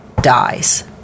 dies